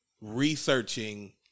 researching